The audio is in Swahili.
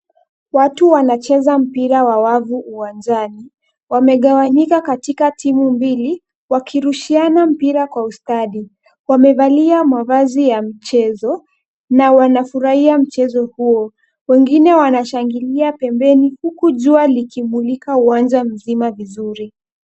Wafu wanacheza mpira wa wavu uwanjani. Wamegawanyika katika timu mbili, wakirushiana mpira kwa ustadi. Wamevalia mavazi ya mchezo na wanafurahia mchezo huo. Wengine wanashangilia pembeni huku jua likimulika uwanja mzima vizuri.